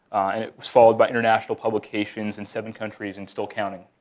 and it was followed by international publications in seven countries and still counting.